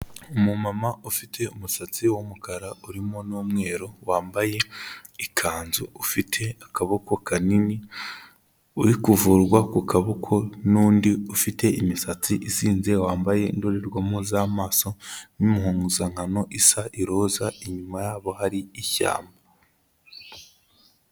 Umumama ufite umusatsi w'umukara urimo n'umweru, wambaye ikanzu ufite akaboko kanini, uri kuvurwa ku kaboko n'undi ufite imisatsi izinze wambaye indorerwamo z'amaso n'imhumuzankano isa iroza, inyuma yabo hari ishyamba.